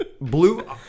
Blue